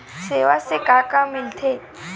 सेवा से का का मिलथे?